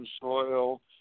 soil